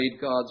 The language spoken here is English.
God's